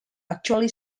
actually